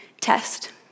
test